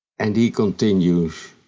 and he continues